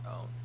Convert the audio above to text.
own